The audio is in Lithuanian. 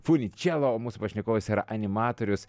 funicello o mūsų pašnekovas yra animatorius